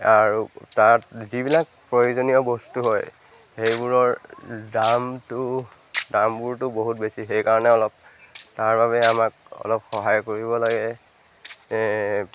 আৰু তাত যিবিলাক প্ৰয়োজনীয় বস্তু হয় সেইবোৰৰ দামটো দামবোৰটো বহুত বেছি সেইকাৰণে অলপ তাৰবাবে আমাক অলপ সহায় কৰিব লাগে